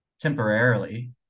temporarily